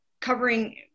covering